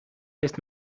heeft